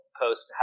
post